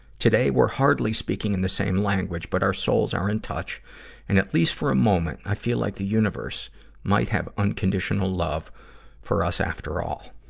today, we're hardly speaking in the same language, but our souls are in touch and at least, for a moment, i feel like the universe might have unconditional love for us after all.